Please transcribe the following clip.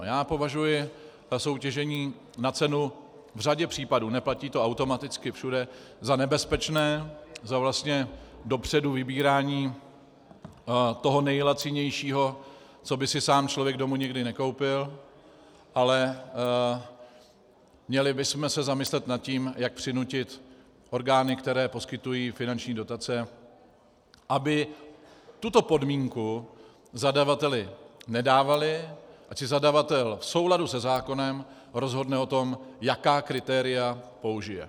Já považuji soutěžení na cenu v řadě případů neplatí to automaticky všude za nebezpečné, za vlastně dopředu vybírání toho nejlacinějšího, co by si sám člověk domů nikdy nekoupil, ale měli bychom se zamyslet nad tím, jak přinutit orgány, které poskytují finanční dotace, aby tuto podmínku zadavateli nedávaly, ať si zadavatel v souladu se zákonem rozhodne o tom, jaká kritéria použije.